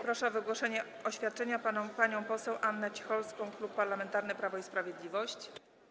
Proszę o wygłoszenie oświadczenia panią poseł Annę Cicholską, Klub Parlamentarny Prawo i Sprawiedliwość.